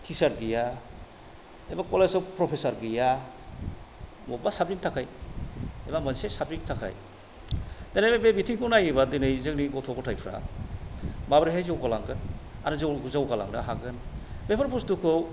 teacher गैया एबा कलेजाव प्रफेसार गैया मबेबा साब्जेक्ट नि थाखाय एबा मोनसे साब्जेक्ट नि थाखाय दिनै बे बिथिंखौ नायोबा जोंनि गथ' गथायफ्रा माबोरैहाय जौगालांगोन आरो जौ जौगालांनो हागोन बेफोरबादि बुस्थुखौ